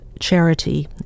charity